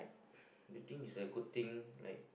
do you think it's a good thing like